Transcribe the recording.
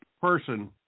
person